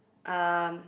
um